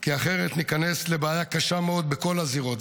כי אחרת ניכנס לבעיה קשה מאוד בכל הזירות.